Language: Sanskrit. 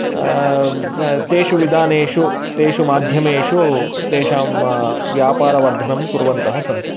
तेषु विधानेशु तेषु माध्यमेषु तेषां व्यापारवर्धनं कुर्वन्तः सन्ति